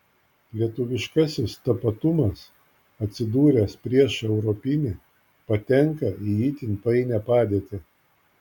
lietuviškasis tapatumas atsidūręs prieš europinį patenka į itin painią padėtį